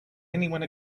anyone